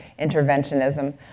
interventionism